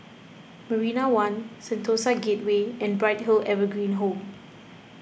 Marina one Sentosa Gateway and Bright Hill Evergreen Home